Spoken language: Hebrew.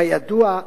כידוע,